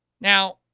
Now